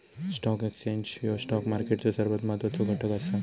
stock exchange ह्यो stock मार्केटचो सर्वात महत्वाचो घटक असा